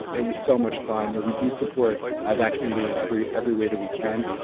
it was so much fun that we do support ah that community and every every way that we can.